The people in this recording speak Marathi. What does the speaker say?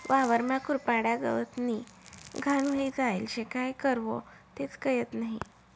वावरमा कुरपाड्या, गवतनी घाण व्हयी जायेल शे, काय करवो तेच कयत नही?